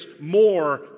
more